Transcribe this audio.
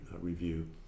review